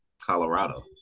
Colorado